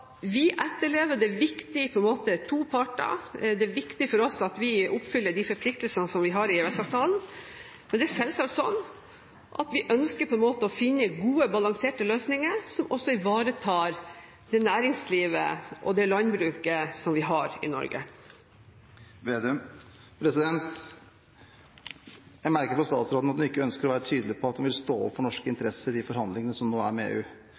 vi etterlever det som er viktig for to parter: Det er viktig for oss at vi oppfyller de forpliktelsene vi har gjennom EØS-avtalen, men det er selvsagt slik at vi ønsker å finne gode, balanserte løsninger som også ivaretar det næringslivet og det landbruket vi har i Norge. Jeg merker på statsråden at hun ikke ønsker å være tydelig på at hun vil stå opp for norske interesser i forhandlingene som nå er med EU. Det er ingen tvil om at hvis man ser på handelsstatistikken mellom Norge og EU,